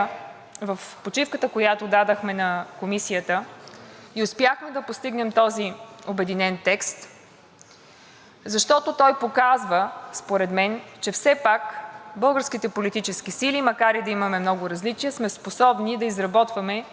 защото той показва според мен, че все пак българските политически сили, макар и да имаме много различия, сме способни да изработваме и общи проекти на решения, когато считаме, че те са в интерес на българската държава и на българските граждани.